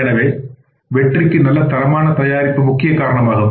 எனவே வெற்றிக்கு நல்ல தரமான தயாரிப்பு முக்கிய காரணமாகும்